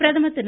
பிரதமர் திரு